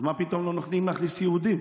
אז מה פתאום לא נותנים להכניס יהודים?